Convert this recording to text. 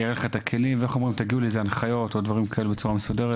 יהיה לך את הכלים, ותגיעו להנחיות בצורה מסודרת.